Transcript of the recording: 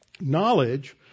Knowledge